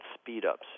speed-ups